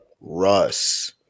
Russ